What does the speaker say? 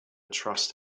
trust